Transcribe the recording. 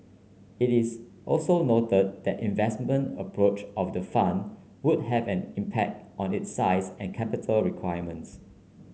it is also noted that investment approach of the fund would have an impact on its size and capital requirements